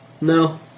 No